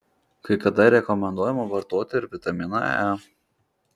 kai kada rekomenduojama vartoti ir vitaminą e